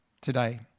today